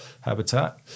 habitat